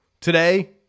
today